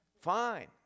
Fine